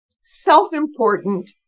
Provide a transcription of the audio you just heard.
self-important